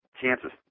chances